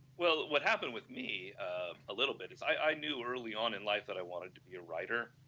well, what happened with me ah a little bit, i knew early on in life that i wanted to be a writer,